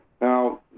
Now